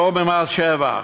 פטור ממס שבח,